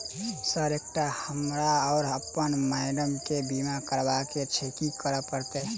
Sir एकटा हमरा आ अप्पन माइडम केँ बीमा करबाक केँ छैय की करऽ परतै?